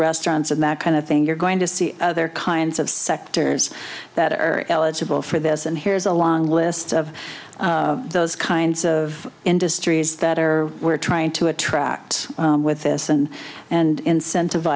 restaurants and that kind of thing you're going to see other kinds of sectors that are eligible for this and here's a long list of those kinds of industries that are we're trying to attract with this and and incentiv